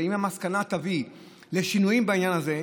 ואם המסקנה תביא לשינויים בעניין הזה,